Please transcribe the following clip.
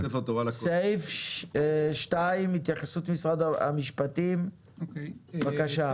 סעיף 2 התייחסות משרד המשפטים בבקשה.